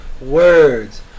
words